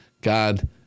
God